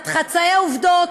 על חצאי עובדות,